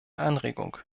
anregung